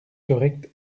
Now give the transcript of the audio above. correcte